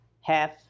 half